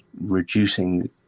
reducing